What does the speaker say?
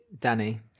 Danny